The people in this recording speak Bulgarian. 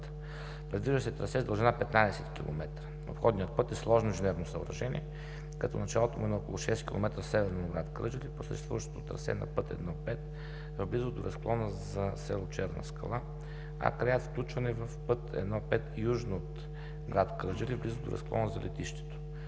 Предвижда се трасе с дължина 15 км. Обходният път е сложно инженерно съоръжение, като началото му е на около 6 км северно от град Кърджали по съществуващото трасе на Път I-5, в близост до разклона за село Черна скала, а краят – включване в Път I-5, южно от град Кърджали, в близост до разклона за летището.